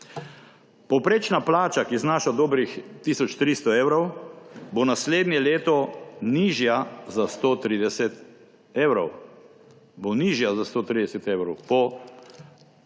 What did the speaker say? Povprečna plača, ki znaša dobrih tisoč 300 evrov, bo naslednje leto nižja za 130 evrov